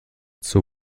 zur